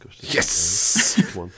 Yes